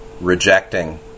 rejecting